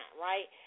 right